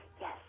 Yes